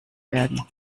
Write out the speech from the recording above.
werden